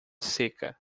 seca